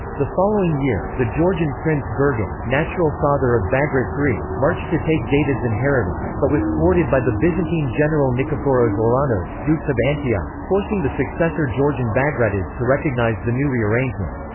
the following year, the georgian prince gurgen, natural father of bagrat iii, marched to take david's inheritance, but was thwarted by the byzantine general nikephoros ouranos, dux of antioch, forcing the successor georgian bagratids to recognize the new rearrangement.